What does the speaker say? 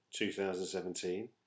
2017